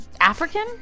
African